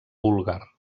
búlgar